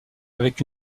avec